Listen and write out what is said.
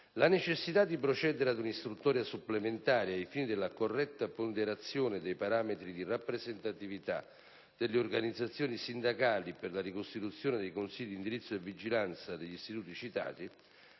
La necessità di procedere ad un'istruttoria supplementare, ai fini della corretta ponderazione dei parametri di rappresentatività delle organizzazioni sindacali per la ricostituzione dei Consigli di indirizzo e vigilanza degli istituti citati,